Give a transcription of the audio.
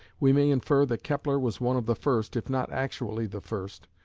we may infer that kepler was one of the first, if not actually the first,